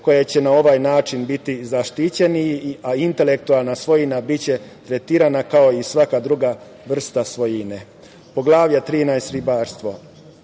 koji će na ovaj način biti zaštićeni, a intelektualna svojina biće tretirana kao i svaka druga vrsta svojine. Poglavlje 13, ribarstvo,